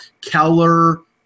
Keller